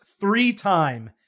three-time